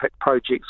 projects